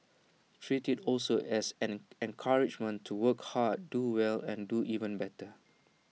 treat IT also as an encouragement to work hard do well and do even better